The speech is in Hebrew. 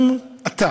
אם אתה